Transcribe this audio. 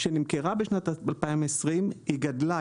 שנמכרה ב-2020 גדלה,